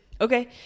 Okay